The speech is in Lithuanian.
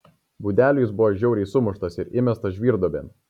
budelių jis buvo žiauriai sumuštas ir įmestas žvyrduobėn